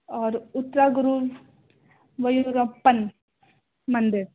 اور اترا گرو میورپن مندر